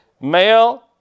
male